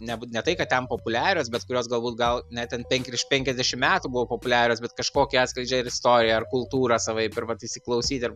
ne ne tai kad ten populiarios bet kurios galbūt gal net ten penki virš penkiasdešimt metų buvo populiarios bet kažkokią atskleidžia ir istoriją ar kultūrą savaip ir vat įklausyt ir